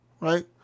Right